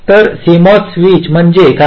तर CMOS switch म्हणजे काय